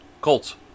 Colts